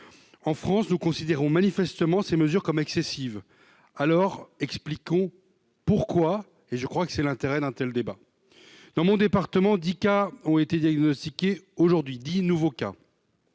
En France, nous considérons manifestement ces mesures comme excessives. Alors, expliquons pourquoi. Tel est, je crois, l'intérêt d'un tel débat. Dans mon département, dix nouveaux cas ont été diagnostiqués aujourd'hui. J'ai le